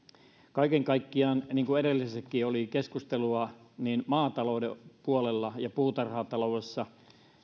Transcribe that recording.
kaiken kaikkiaan niin kuin edellisetkin olivat keskustelua tästä maatalouden puolella ja puutarhataloudessa